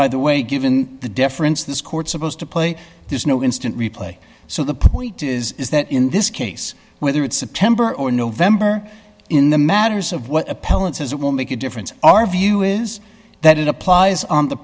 by the way given the difference this court supposed to play there's no instant replay so the point is that in this case whether it's september or november in the matters of what appellant says it will make a difference our view is that it applies on the